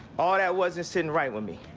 all that wasn't sitting right with me.